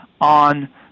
on